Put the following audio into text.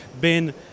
Ben